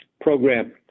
Program